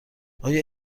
آیا